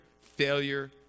failure